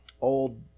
old